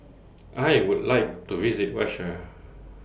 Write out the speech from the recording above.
I Would like to visit Russia